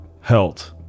health